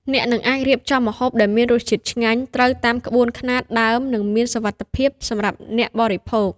អ្នកនឹងអាចរៀបចំម្ហូបដែលមានរសជាតិឆ្ងាញ់ ត្រូវតាមក្បួនខ្នាតដើម និងមានសុវត្ថិភាពសម្រាប់អ្នកបរិភោគ។